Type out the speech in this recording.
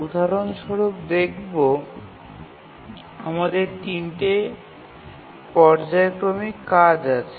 উদাহরণ স্বরূপ দেখবো আমাদের ৩ টি পর্যায়ক্রমিক কাজ আছে